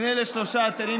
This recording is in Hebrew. זה מה שכתבת לו?